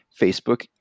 Facebook